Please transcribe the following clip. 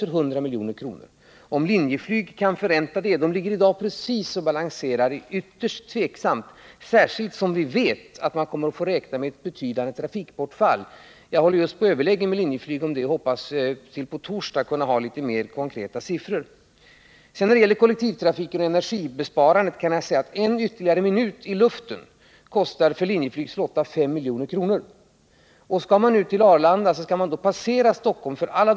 Det är ytterst tvivelaktigt om Linjeflyg kan förränta denna utgift — företaget balanserar just nu precis — särskilt som vi vet att man kommer att få räkna med ett betydande trafikbortfall. Jag håller just på att överlägga med Linjeflyg härom och hoppas att på torsdag ha litet mer konkreta siffror. När det gäller kollektivtrafiken och energisparandet kan jag säga att ytterligare en minut i luften för Linjeflygs flotta kostar 5 milj.kr. Skall man ut till Arlanda måste alla plan som kommer söderifrån passera Stockhoha.